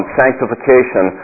sanctification